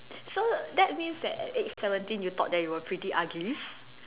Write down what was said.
so that means that at age seventeen you thought that you were pretty ugly